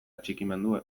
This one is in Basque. atxikimendu